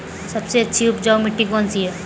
सबसे अच्छी उपजाऊ मिट्टी कौन सी है?